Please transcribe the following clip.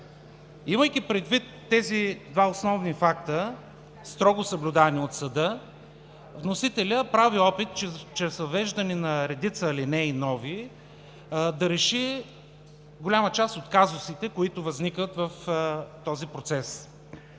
Имайки предвид тези два основни факта, строго съблюдавани от съда, вносителят прави опит чрез въвеждане на редица нови алинеи да реши голяма част от казусите, които възникват в този процес.